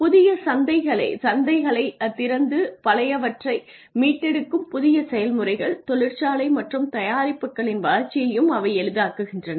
புதிய சந்தைகளைத் திறந்து பழையவற்றை மீட்டெடுக்கும் புதிய செயல்முறைகள் தொழிற்சாலை மற்றும் தயாரிப்புகளின் வளர்ச்சியையும் அவை எளிதாக்குகின்றன